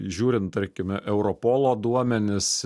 žiūrint tarkime europolo duomenis